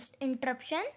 interruption